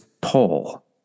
pull